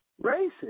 racist